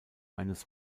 eines